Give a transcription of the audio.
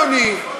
אדוני,